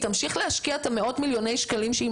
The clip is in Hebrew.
היא תמשיך להשקיע מאות מיליוני שקלים כשהיא